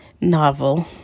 novel